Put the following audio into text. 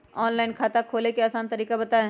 Online खाता खोले के आसान तरीका बताए?